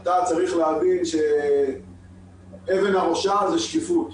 אתה צריך להבין שאבן הראשה זה שקיפות.